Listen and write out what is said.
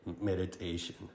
meditation